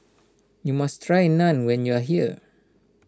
you must try Naan when you are here